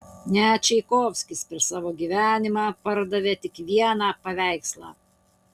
net čaikovskis per savo gyvenimą pardavė tik vieną paveikslą